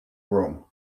room